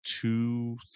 Two